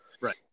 right